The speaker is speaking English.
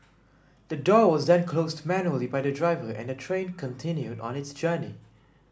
the door was then closed manually by the driver and the train continued on its journey